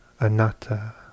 anatta